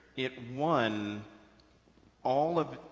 it won all of,